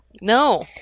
No